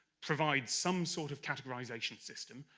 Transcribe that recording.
provides some sort of categorization system.